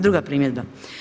Druga primjedba.